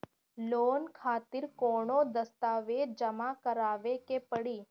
Loan खातिर कौनो दस्तावेज जमा करावे के पड़ी?